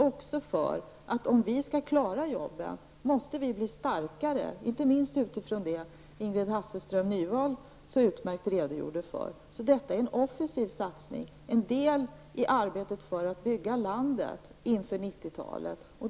Om vi skall klara jobben måste vi bli starkare, inte minst från den utgångspunkt som Ingrid Detta är en offensiv satsning, en del i arbetet för att bygga landet inför 90-talet.